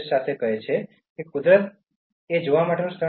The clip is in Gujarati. તે કહે છે "કુદરત એ જોવા માટેનું સ્થળ નથી